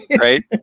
right